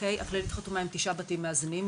הכללית חתומה עם תשעה בתים מאזנים,